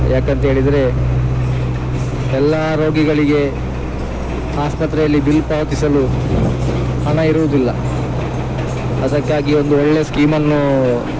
ಯಾಕಂತ ಹೇಳಿದ್ರೆ ಎಲ್ಲ ರೋಗಿಗಳಿಗೆ ಆಸ್ಪತ್ರೆಯಲ್ಲಿ ಬಿಲ್ ಪಾವತಿಸಲು ಹಣ ಇರುವುದಿಲ್ಲ ಅದಕ್ಕಾಗಿ ಒಂದು ಒಳ್ಳೆಯ ಸ್ಕೀಮನ್ನೂ